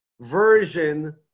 version